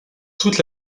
toute